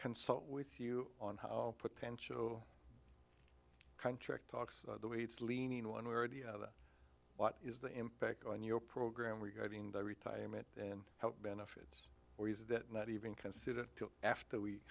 consult with you on how potential contract talks the way it's leaning one way or the other what is the impact on your program regarding the retirement and health benefits or is that not even considered after we